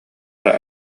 эрэ